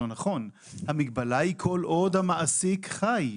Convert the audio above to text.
המגבלה היא כל עוד המעסיק חי,